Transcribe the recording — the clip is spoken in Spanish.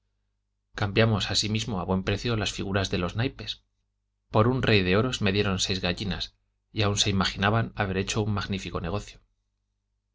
cambiamos asimismo a buen precio las figuras de los naipes por un rey de oros me dieron seis gallinas y aun se imaginaban haber hecho un magnífico negocio